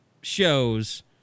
shows